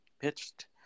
pitched